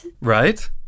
right